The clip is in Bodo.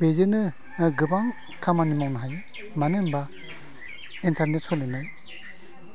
बेजोंनो गोबां खामानि मावनो हायो मानो होनोबा इन्टारनेट सालायनाय